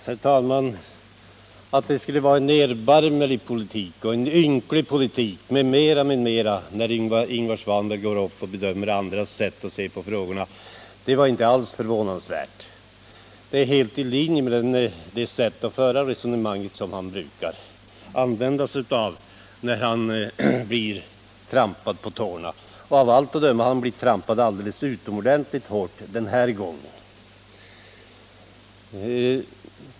Herr talman! Att det skulle vara fråga om en erbarmlig och ynklig politik m.m. när Ingvar Svanberg går upp och bedömer andras sätt att se på frågorna var inte alls förvånansvärt. Det är helt i linje med det sätt att föra resonemanget som han brukar använda sig av när han blir trampad på tårna. Och av allt att döma har han blivit trampad alldeles utomordentligt hårt den här gången.